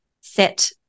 set